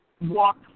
walk